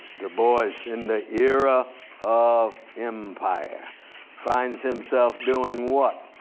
du bois, in the era of empire finds himself doing what?